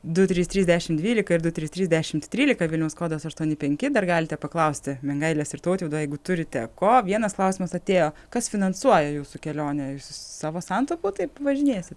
du trys trys dešim dvylika ir du trys trys dešim trylika vilniaus kodas aštuoni penki dar galite paklausti mingailės ir tautvydo jeigu turite ko vienas klausimas atėjo kas finansuoja jūsų kelionę jūs iš savo santaupų taip važinėsit